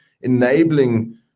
enabling